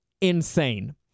insane